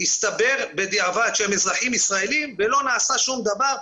הסתבר בדיעבד שהם אזרחים ישראלים ולא נעשה שום דבר,